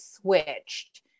switched